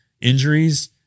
Injuries